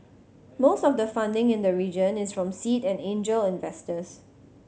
most of the funding in the region is from seed and angel investors